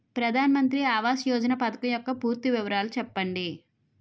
ప్రధాన మంత్రి ఆవాస్ యోజన పథకం యెక్క పూర్తి వివరాలు చెప్పండి?